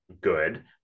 good